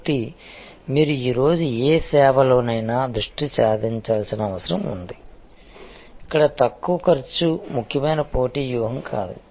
కాబట్టి మీరు ఈ రోజు ఏ సేవలోనైనా దృష్టి సారించాల్సిన అవసరం ఉంది ఇక్కడ తక్కువ ఖర్చు ముఖ్యమైన పోటీ వ్యూహం కాదు